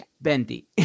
Bendy